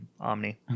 Omni